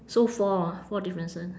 so four ah four differences